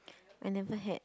I never had